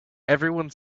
everyone